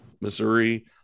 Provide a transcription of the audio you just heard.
Missouri